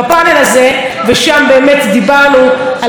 ושם באמת דיברנו על כמה חשוב לחזק את